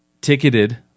Ticketed